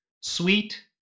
Sweet